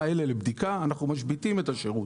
הרכבים האלה לבדיקה ויוצא שאנחנו משביתים את השירות.